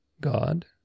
God